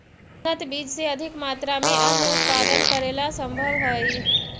उन्नत बीज से अधिक मात्रा में अन्नन उत्पादन करेला सम्भव हइ